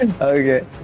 Okay